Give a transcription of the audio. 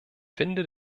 finde